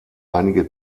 einige